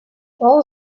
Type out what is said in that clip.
all